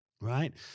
right